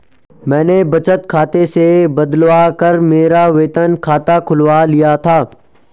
मैंने बचत खाते से बदलवा कर मेरा वेतन खाता खुलवा लिया था